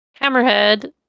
Hammerhead